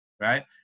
Right